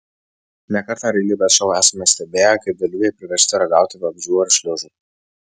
ne kartą realybės šou esame stebėję kaip dalyviai priversti ragauti vabzdžių ar šliužų